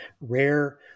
rare